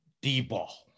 D-Ball